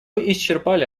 исчерпали